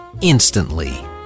instantly